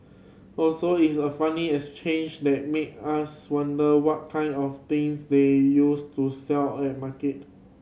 also it's a funny exchange that make us wonder what kind of things they used to sell at market